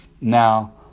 Now